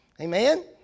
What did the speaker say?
Amen